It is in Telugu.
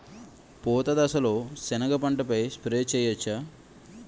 పూత దశలో సెనగ పంటపై స్ప్రే చేయచ్చా?